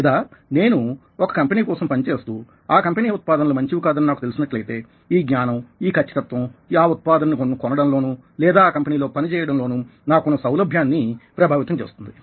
లేదా నేను నేను ఒక కంపెనీ కోసం పనిచేస్తూ ఆ కంపెనీ ఉత్పాదనలు మంచివి కాదని నాకు తెలిసినట్లయితే ఈ జ్ఞానం ఈ ఖచ్చితత్వం ఆ ఉత్పాదనని కొనడంలోను లేదా ఆ కంపెనీలో పని చేయడంలోనూ నాకున్న సౌలభ్యాన్ని ప్రభావితం చేస్తుంది